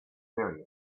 very